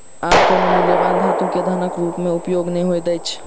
आब कोनो मूल्यवान धातु के धनक रूप में उपयोग नै होइत अछि